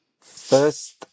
First